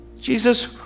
Jesus